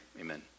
amen